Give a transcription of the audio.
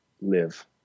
live